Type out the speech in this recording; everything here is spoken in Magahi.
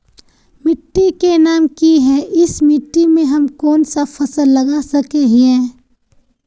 मिट्टी के नाम की है इस मिट्टी में हम कोन सा फसल लगा सके हिय?